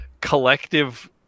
collective